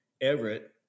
Everett